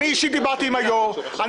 אני לא אתן יד.